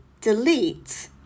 delete